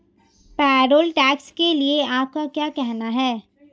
Payroll tax के लिए आपका क्या कहना है?